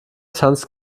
tanzt